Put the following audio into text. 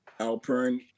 Alpern